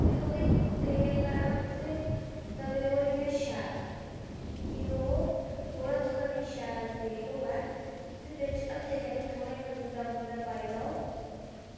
ते ओह्दी तेल लैना तुसें तवे पर इं'या शैल कि ओह् थोह्ड़ा थोह्ड़ा निं शैल तेल होऐ ते बिच हत्थें कन्नै थोह्ड़ा इं'या बुंदा बुंदा पाई लाओ